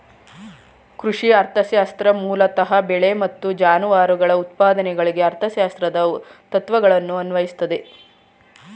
ಕೃಷಿ ಅರ್ಥಶಾಸ್ತ್ರ ಮೂಲತಃ ಬೆಳೆ ಮತ್ತು ಜಾನುವಾರುಗಳ ಉತ್ಪಾದನೆಗಳಿಗೆ ಅರ್ಥಶಾಸ್ತ್ರದ ತತ್ವಗಳನ್ನು ಅನ್ವಯಿಸ್ತದೆ